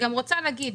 אני גם רוצה להגיד,